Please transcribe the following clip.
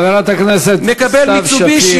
חברת הכנסת סתיו שפיר,